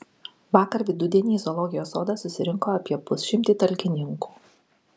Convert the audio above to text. vakar vidudienį į zoologijos sodą susirinko apie pusšimtį talkininkų